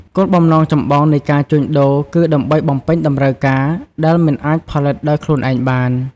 គោលបំណងចម្បងនៃការជួញដូរគឺដើម្បី បំពេញតម្រូវការ ដែលមិនអាចផលិតដោយខ្លួនឯងបាន។